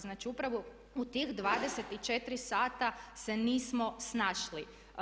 Znači upravo u tih 24 sata se nismo snašli.